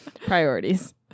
Priorities